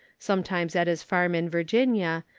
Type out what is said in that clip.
sometimes at his farm in virginia,